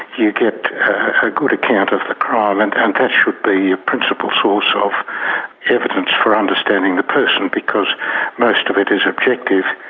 you get a good account of the crime and that should be your principle source of evidence for understanding the person, because most of it is objective.